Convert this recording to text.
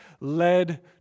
led